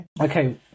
Okay